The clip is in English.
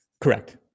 Correct